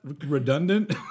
redundant